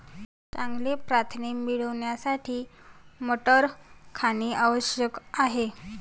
चांगले प्रथिने मिळवण्यासाठी मटार खाणे आवश्यक आहे